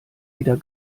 wieder